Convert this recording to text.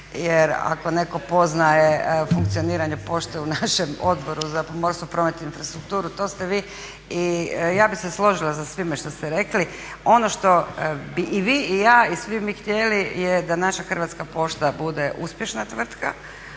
jer ako netko poznaje funkcioniranje pošte u našem Odboru za pomorstvo, promet i infrastrukturu, to ste vi i ja bih se složila sa svime što ste rekli. Ono što bi i vi i ja i svi mi htjeli je da naša Hrvatska pošta bude uspješna tvrtka